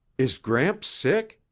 is gramps sick?